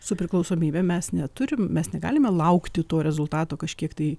su priklausomybe mes neturim mes negalime laukti to rezultato kažkiek tai